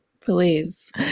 Please